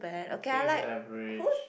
I think is average